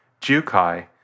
Jukai